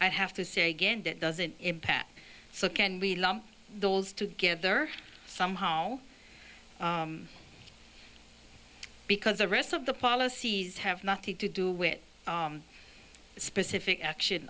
i have to say again that doesn't impact so can we lump those together somehow because the rest of the policies have nothing to do with specific action